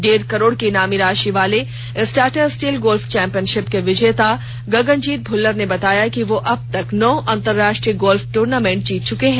डेढ़ करोड़ की ईनामी राशि वाले इस टाटा स्टील गोल्फ चौंपियनशिप के विजेता गगनजीत भुल्लर ने बताया कि वह अब तक नौ अंतरराष्ट्रीय गोल्फ ट्र्नामेंट जीत चुके हैं